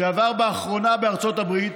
שעבר באחרונה בארצות הברית